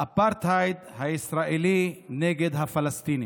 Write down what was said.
האפרטהייד הישראלי נגד הפלסטינים.